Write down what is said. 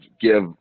give